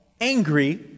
angry